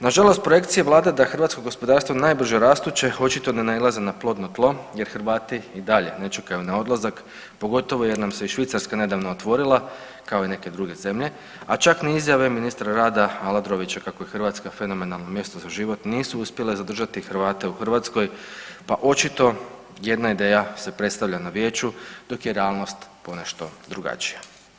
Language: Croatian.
Nažalost projekcije vlade da je hrvatsko gospodarstvo najbrže rastuće očito ne nailazi na plodno tlo jer Hrvati i dalje ne čekaju na odlazak, pogotovo jer nam se i Švicarska nedavno otvorila kao i neke druge zemlje, a čak ni izjave ministra rada Aladrovića kako je Hrvatska fenomenalno mjesto za život nisu uspjele zadržati Hrvate u Hrvatskoj, pa očito jedna ideja se predstavlja na vijeću dok je realnost ponešto drugačija.